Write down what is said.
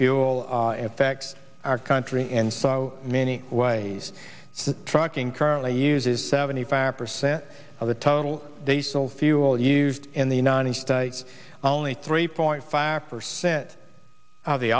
diesel fuel effects our country and so many ways the trucking currently uses seventy five percent of the total diesel fuel used in the united states only three point five percent of the